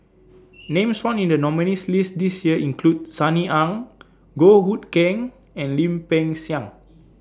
Names found in The nominees' list This Year include Sunny Ang Goh Hood Keng and Lim Peng Siang